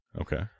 Okay